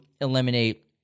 eliminate